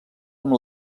amb